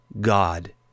God